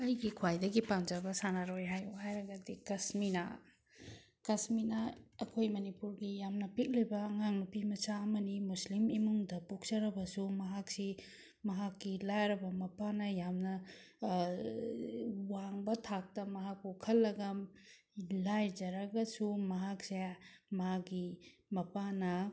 ꯑꯩꯒꯤ ꯈ꯭ꯋꯥꯏꯗꯒꯤ ꯄꯥꯝꯖꯕ ꯁꯥꯟꯅꯔꯣꯏ ꯍꯥꯏꯌꯣ ꯍꯥꯏꯔꯒꯗꯤ ꯀꯁꯃꯤꯅꯥ ꯀꯁꯃꯤꯅꯥ ꯑꯩꯈꯣꯏ ꯃꯅꯤꯄꯨꯔꯒꯤ ꯌꯥꯝꯅ ꯄꯤꯛꯂꯤꯕ ꯑꯉꯥꯡ ꯅꯨꯄꯤ ꯃꯆꯥ ꯑꯃꯅꯤ ꯃꯨꯁꯂꯤꯝ ꯏꯃꯨꯡꯗ ꯄꯣꯛꯆꯔꯕꯁꯨ ꯃꯍꯥꯛꯁꯤ ꯃꯍꯥꯛꯀꯤ ꯂꯥꯏꯔꯕ ꯃꯄꯥꯅ ꯌꯥꯝꯅ ꯋꯥꯡꯕ ꯊꯥꯛꯇ ꯃꯍꯥꯛꯄꯨ ꯈꯜꯂꯒ ꯂꯥꯏꯔꯖꯔꯒꯁꯨ ꯃꯍꯥꯛꯁꯦ ꯃꯥꯒꯤ ꯃꯄꯥꯅ